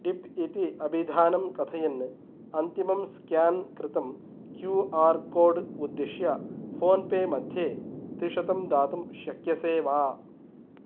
tip इति अभिधानं कथयन् अन्तिमं स्केन् कृतं क्यू आर् कोड् उद्दिश्य फोन्पे मध्ये त्रिशतं दातुं शक्यसे वा